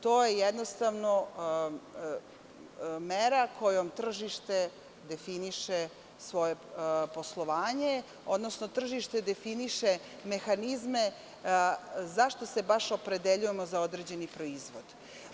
To je jednostavno mera kojom tržište definiše svoje poslovanje, odnosno tržište definiše mehanizme zašto se baš opredeljujemo za određeni proizvod.